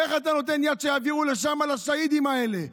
איך אתה נותן יד שיעבירו לשם, לשהידים האלה?